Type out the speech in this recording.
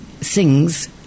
sings